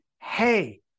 Hey